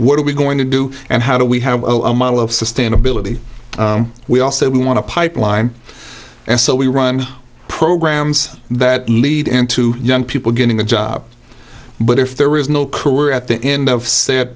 what are we going to do and how do we have a model of sustainability we also want to pipeline and so we run programs that lead into young people getting the job but if there is no career at the end of s